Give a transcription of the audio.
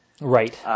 Right